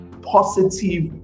positive